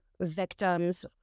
victims